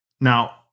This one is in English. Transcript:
Now